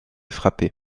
frappées